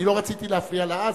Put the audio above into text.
אני לא רציתי להפריע לה אז,